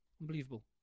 Unbelievable